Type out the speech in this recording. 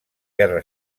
guerra